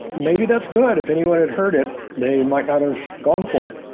maybe that's good. if anyone had heard it, they might not have gone for it.